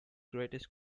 greatest